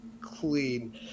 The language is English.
clean